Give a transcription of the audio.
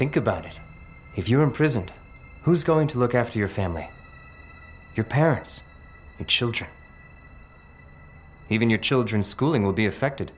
think about it if you're in prison who's going to look after your family your parents and children even your children's schooling will be affected